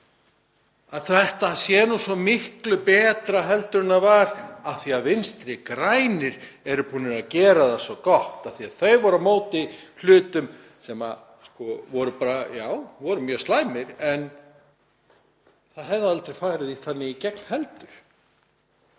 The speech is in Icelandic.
þetta sé svo miklu betra heldur en það var af því að Vinstri græn eru búin að gera það svo gott, af því að þau voru á móti hlutum sem voru mjög slæmir. En það hefði aldrei farið þannig í gegn heldur.